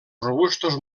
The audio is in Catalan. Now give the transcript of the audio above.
robustos